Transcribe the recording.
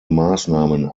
maßnahmen